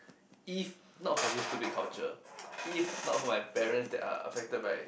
if not for this stupid culture if not for my parents that are affected by